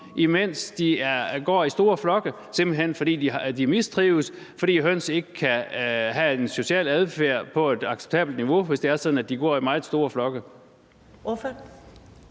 når de går i store flokke, og at de mistrives, fordi høns ikke kan have en social adfærd på et acceptabelt niveau, hvis de går i meget store flokke?